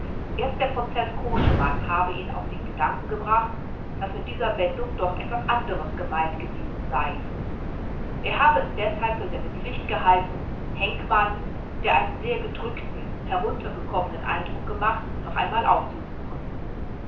erst der prozeß koschemann habe ihn auf den gedanken gebracht daß mit dieser wendung doch etwas anderes gemeint gewesen sei er habe es deshalb für seine pflicht gehalten henkmann der einen sehr gedrückten heruntergekommenen eindruck gemacht noch einmal aufzusuchen